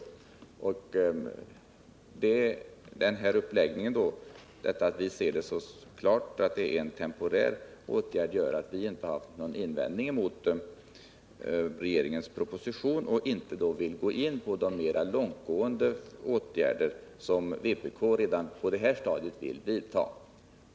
I och med att vi anser att detta är en temporär åtgärd, så har vi heller inte haft någon invändning mot regeringens proposition. Därför vill vi inte gå in på de mer långtgående åtgärder som vpk redan på detta stadium vill vidta.